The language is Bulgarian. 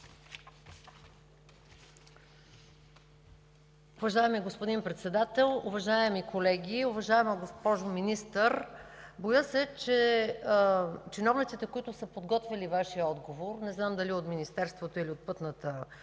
Уважаеми господин Председател, уважаеми колеги! Уважаема госпожо Министър, боя се, че чиновниците, които са подготвили Вашия отговор – не знам дали от Министерството, или от Пътната